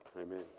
Amen